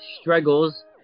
struggles